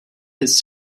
his